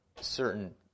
certain